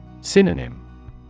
Synonym